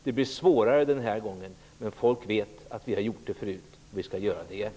Det blir svårare den här gången, men folk vet att vi har gjort det förut, och vi skall göra det igen.